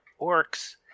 orcs